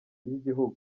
ry’igihugu